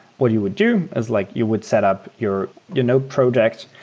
what you would do is like you would set up your your node project.